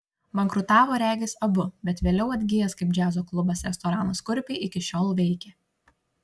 bankrutavo regis abu bet vėliau atgijęs kaip džiazo klubas restoranas kurpiai iki šiol veikia